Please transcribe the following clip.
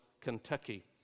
Kentucky